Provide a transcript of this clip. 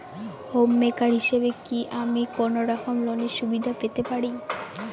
Home maker হিসেবে কি আমি কোনো রকম লোনের সুবিধা পেতে পারি?